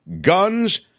guns